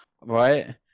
right